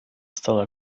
стола